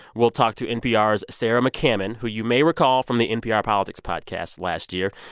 we'll talk to npr's sarah mccammon, who you may recall from the npr politics podcast last year.